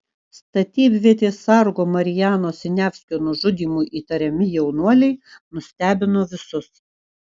statybvietės sargo marijano siniavskio nužudymu įtariami jaunuoliai nustebino visus